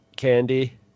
candy